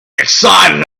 excited